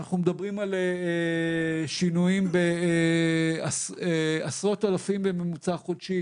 אנחנו מדברים על שינויים בעשרות אלפים בממוצע חודשי